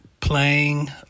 Playing